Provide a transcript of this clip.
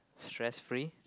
stress free